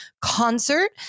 concert